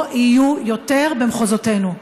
לא יהיו יותר במחוזותינו?